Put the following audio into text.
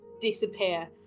disappear